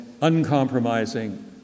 uncompromising